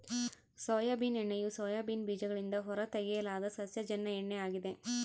soybean ಎಣ್ಣೆಯು soybean ಬೀಜಗಳಿಂದ ಹೊರತೆಗೆಯಲಾದ ಸಸ್ಯಜನ್ಯ ಎಣ್ಣೆ ಆಗಿದೆ